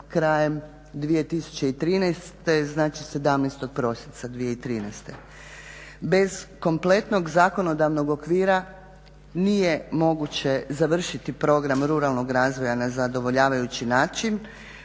krajem 2013.znači 17.prosinca 2013. Bez kompletnog zakonodavnog okvira nije moguće završiti program ruralnog razvoja na zadovoljavajući način